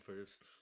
first